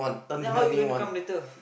then how you going to come later